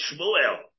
Shmuel